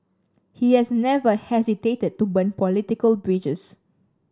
he has never hesitated to burn political bridges